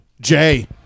Jay